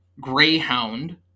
Greyhound